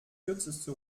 kürzeste